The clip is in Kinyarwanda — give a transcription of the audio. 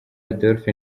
adolphe